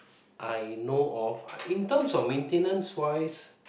I know of in terms of maintenance wise